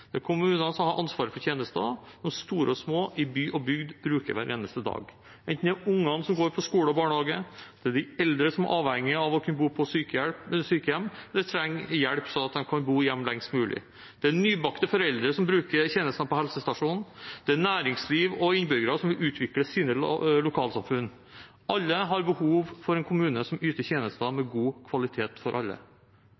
Det er kommunene som har ansvaret for tjenester som store og små i by og bygd bruker hver eneste dag. Det er ungene, som går på skole og i barnehage. Det er de eldre som er avhengig av å kunne bo på sykehjem, eller trenger hjelp sånn at de kan bo hjemme lengst mulig. Det er nybakte foreldre som bruker tjenestene på helsestasjonen. Det er næringsliv og innbyggere som vil utvikle sine lokalsamfunn. Alle har behov for en kommune som yter tjenester med